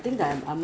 你没有听过 meh